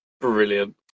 Brilliant